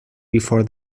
before